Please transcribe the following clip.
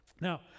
Now